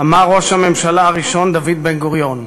אמר ראש הממשלה הראשון דוד בן-גוריון,